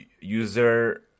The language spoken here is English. user